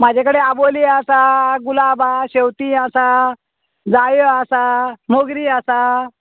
म्हजे कडेन आबोली आसा गुलाबा शेंवती आसा जायो आसा मोगरी आसा